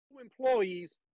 employees